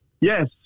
Yes